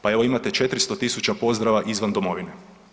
Pa evo imate 400.000 pozdrava izvan domovine.